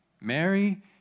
Mary